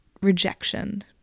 rejection